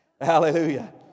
Hallelujah